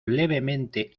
levemente